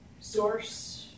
Source